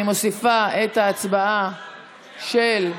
אני מוסיפה את ההצבעה של,